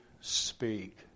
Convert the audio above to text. speak